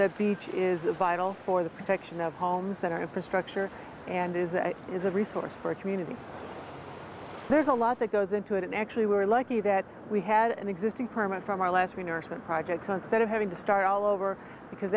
the beach is a vital for the protection of homes that are infrastructure and is a is a resource for a community there's a lot that goes into it and actually we were lucky that we had an existing permit from our last nourishment project on stead of having to start all over because